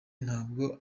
ntabwo